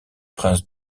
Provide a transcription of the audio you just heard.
prince